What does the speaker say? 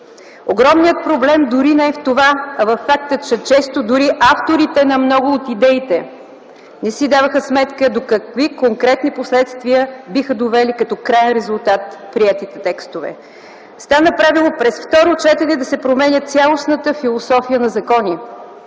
Огромният проблем дори не е в това, а във факта, че често дори авторите на много от идеите не си даваха сметка до какви конкретни последствия биха довели като краен резултат приетите текстове. Стана правило през второ четене да се променя цялостната философия на закони.